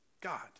God